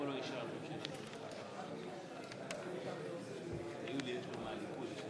אריה מכלוף דרעי, מצביע צחי הנגבי, מצביע יצחק